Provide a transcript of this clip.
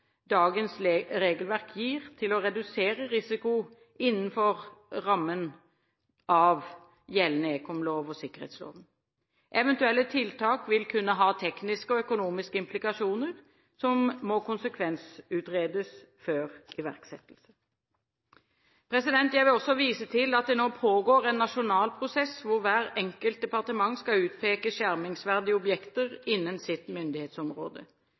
dagens regelverk gir til å redusere risiko innenfor rammen av gjeldende ekomlov og sikkerhetsloven. Eventuelle tiltak vil kunne ha tekniske og økonomiske implikasjoner som må konsekvensutredes før iverksettelse. Jeg vil også vise til at det nå pågår en nasjonal prosess hvor hvert enkelt departement skal utpeke skjermingsverdige objekter innen sitt myndighetsområde.